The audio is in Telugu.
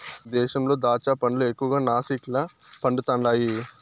మన దేశంలో దాచ్చా పండ్లు ఎక్కువగా నాసిక్ల పండుతండాయి